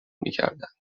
میکردند